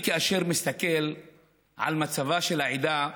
כאשר אני מסתכל על מצבה של העדה,